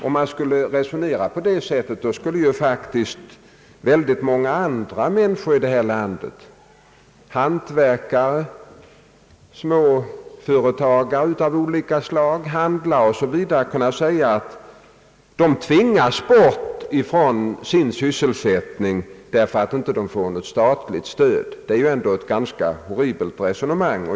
Om man skulle resonera på det sättet skulle faktiskt många andra småföretagare här i landet — hantverkare av olika slag, handlare osv. — kunna säga att de tvingas bort ifrån sin sysselsättning därför att de inte får något statligt stöd. Det är ändå ett ganska horribelt resonemang.